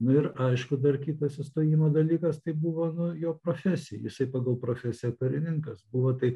nu ir aišku dar kitas įstojimo dalykas tai buvo nu jo profesija jisai pagal profesiją karininkas buvo tai